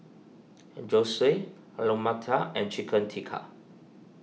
Zosui Alu Matar and Chicken Tikka